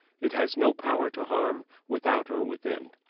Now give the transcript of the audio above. it has no power to harm, without or within.